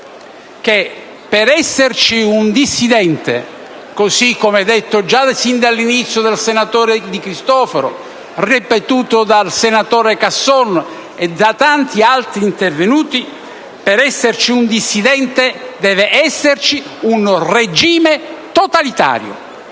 per esserci un dissidente, così come detto già sin dall'inizio dal senatore De Cristofaro, ripetuto dal senatore Casson e da tanti altri intervenuti, deve esserci un regime totalitario.